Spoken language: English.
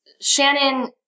Shannon